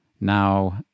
now